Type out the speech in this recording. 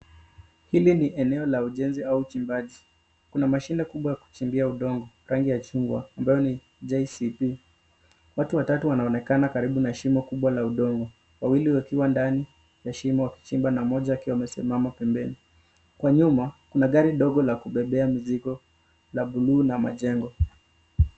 Hili ni eneo la ujensi au uchimbaji. Kuna mashine kubwa ya kuchimbia udongo rangi ya chungwa ambayo ni JCP . Watu watatu wanaonekana karibu na shimo kubwa la udongo. Wawili wakiwa ndani ya shimo wakichimba na mmoja akiwa amesimama pembeni. Kwa nyuma kuna gari dogo la kubebea mizigo la bluu na majengo.